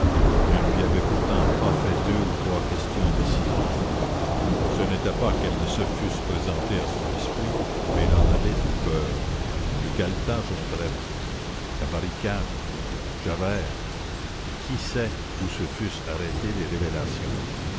ne lui avait pourtant pas fait deux ou trois questions décisives ce n'était pas qu'elles ne se fussent présentées à son esprit mais il en avait eu peur le galetas jondrette la barricade javert qui sait où se fussent arrêtées les révélations